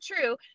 true